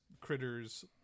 critter's